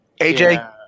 AJ